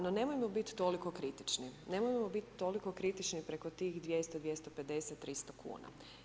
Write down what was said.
No nemojmo biti toliko kritični, nemojmo biti toliko kritični preko tih 200, 250, 300 kuna.